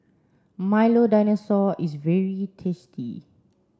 Milo Dinosaur is very tasty